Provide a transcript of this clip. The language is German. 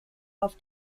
auf